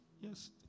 Yes